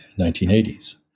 1980s